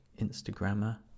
instagrammer